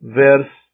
verse